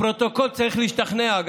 הפרוטוקול צריך להשתכנע.